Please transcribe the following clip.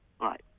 Right